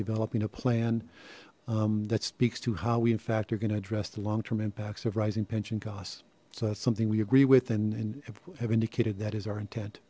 developing a plan that speaks to how we in fact are going to address the long term impacts of rising pension costs so that's something we agree with and and have indicated that is our intent